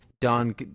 Don